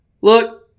Look